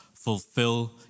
Fulfill